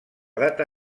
data